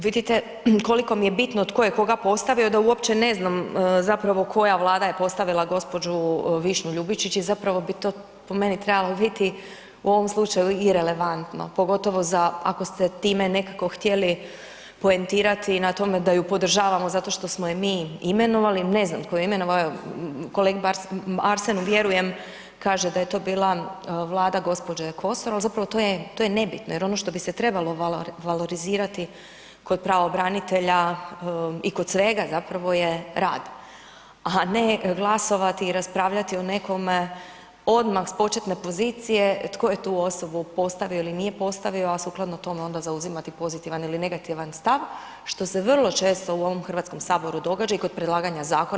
Vidite koliko mi je bitno tko je koga postavio da uopće ne znam zapravo koja Vlada je postavila gđu. Višnju Ljubičić i zapravo bi to po meni trebalo biti u ovom slučaju irelevantno pogotovo za ako ste time nekako htjeli poentirati na tome da ju podržavamo zato što smo ju mi imenovali, ne znam tko ju je imenovao, kolegi Arsenu vjerujem, kaže da je to bila Vlada gđe. Kosor ali zapravo to je nebitno jer ono što bi se trebalo valorizirati kod pravobranitelja i kod svega zapravo je rad a ne glasovati i raspravljati o nekome odmah s početne pozicije tko je tu osobu postavio ili nije postavio a sukladno tome onda zauzimati pozitivan ili negativan stav što se vrlo često u ovom Hrvatskom saboru događa i kod predlaganja zakona.